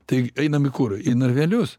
tai einam į kur į narvelius